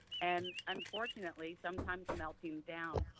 and unfortunately, sometimes melting down.